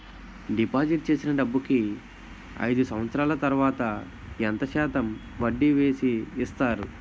Deposit చేసిన డబ్బుకి అయిదు సంవత్సరాల తర్వాత ఎంత శాతం వడ్డీ వేసి ఇస్తారు?